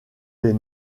des